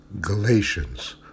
Galatians